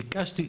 ביקשתי,